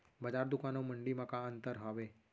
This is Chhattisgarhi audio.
बजार, दुकान अऊ मंडी मा का अंतर हावे?